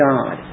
God